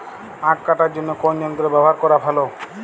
আঁখ কাটার জন্য কোন যন্ত্র ব্যাবহার করা ভালো?